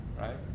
right